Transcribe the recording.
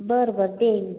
बर बर देईन